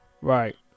Right